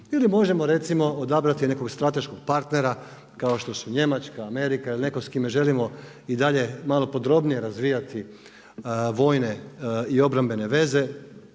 Ili možemo recimo odabrati nekog strateškog partnera, kao što su Njemačka, Amerika ili netko s kime želimo i dalje malo podrobnije razvijati vojne i obrambene veze,